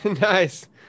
Nice